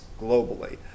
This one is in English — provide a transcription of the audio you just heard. globally